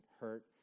hurt